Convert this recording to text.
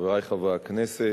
חברי חברי הכנסת,